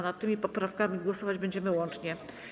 Nad tymi poprawkami głosować będziemy łącznie.